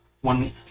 One